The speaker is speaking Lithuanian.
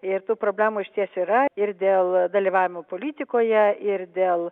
ir tų problemų išties yra ir dėl dalyvavimo politikoje ir dėl